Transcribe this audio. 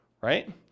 right